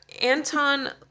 Anton